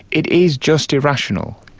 it is just irrational.